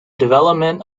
development